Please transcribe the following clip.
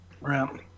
Right